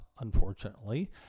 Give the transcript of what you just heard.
unfortunately